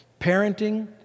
parenting